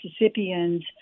Mississippians